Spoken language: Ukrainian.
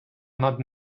над